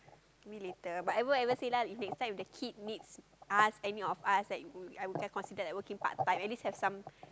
me later but I won't ever say lah if next time the kid needs us any of us like go I will can consider like working part time at least have some